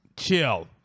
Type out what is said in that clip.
Chill